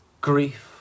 grief